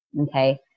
Okay